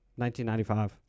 1995